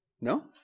No